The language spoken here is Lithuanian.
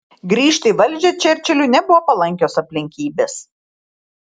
grįžti į valdžią čerčiliui nebuvo palankios aplinkybės